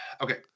okay